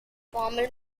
former